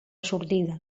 sortida